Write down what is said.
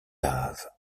laves